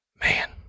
man